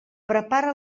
prepara